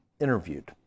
interviewed